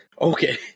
Okay